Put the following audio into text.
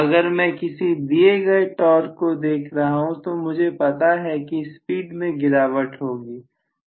अगर मैं किसी दिए गए टॉर्क को देख रहा हूं तो मुझे पता है कि स्पीड में गिरावट होगी